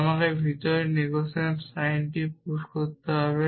আমাকে ভিতরে নেগেশান সাইনটি পুশ করতে হবে